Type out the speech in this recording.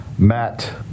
Matt